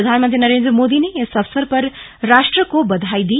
प्रधानमंत्री नरेन्द्र मोदी ने इस अवसर पर राष्ट्र को बधाई दी